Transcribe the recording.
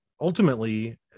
ultimately